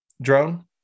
drone